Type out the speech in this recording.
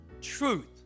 truth